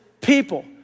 people